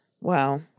Wow